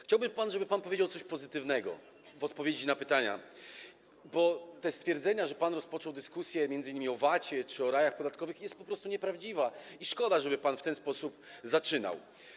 Chciałbym, żeby pan powiedział coś pozytywnego w odpowiedzi na pytania, bo te stwierdzenia, że rozpoczął pan dyskusję m.in. o VAT czy o rajach podatkowych, są po prostu nieprawdziwe i szkoda, żeby pan w ten sposób zaczynał.